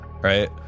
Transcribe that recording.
right